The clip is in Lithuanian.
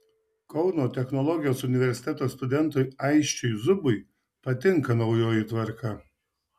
kauno technologijos universiteto studentui aisčiui zubui patinka naujoji tvarka